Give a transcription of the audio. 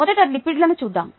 మొదట లిపిడ్లనుచూద్దాం